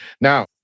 Now